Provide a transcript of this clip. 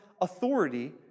authority